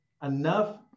enough